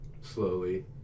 slowly